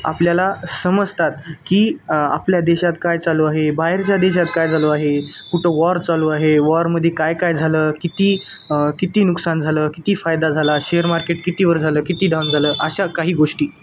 आपल्याला समजतात की आपल्या देशात काय चालू आहे बाहेरच्या देशात काय चालू आहे कुठं वॉर चालू आहे वॉरमध्ये काय काय झालं किती किती नुकसान झालं किती फायदा झाला शेअर मार्केट किती वर झालं किती डाऊन झालं अशा काही गोष्टी